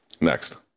Next